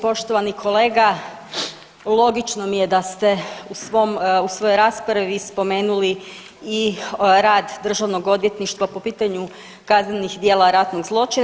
Poštovani kolega logično mi je da ste u svom, svojoj raspravi spomenuli i rad državnog odvjetništva po pitanju kaznenih djela ratnih zločina.